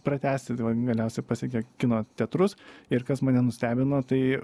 pratęsti tai va galiausia pasiekė kino teatrus ir kas mane nustebino tai